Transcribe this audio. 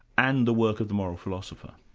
and the work of the moral philosopher?